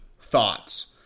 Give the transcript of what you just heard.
thoughts